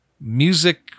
music